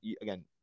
again